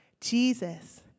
Jesus